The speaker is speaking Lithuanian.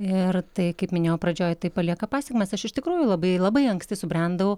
ir tai kaip minėjau pradžioj tai palieka pasekmes aš iš tikrųjų labai labai anksti subrendau